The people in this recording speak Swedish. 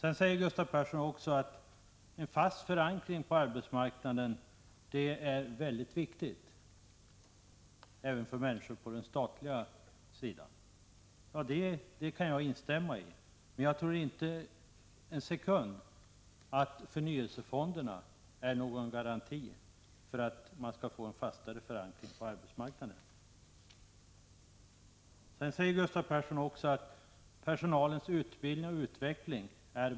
En fast förankring på arbetsmarknaden är väldigt viktig även för anställda på den statliga sidan, sade Gustav Persson vidare. Det kan jag instämma i. Men jag tror inte för en sekund att förnyelsefonderna är någon garanti i det avseendet. Enligt Gustav Persson skulle personalen vara beroende av förnyelsefonderna för sin utbildning och utveckling.